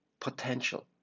potential